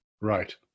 Right